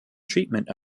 treatment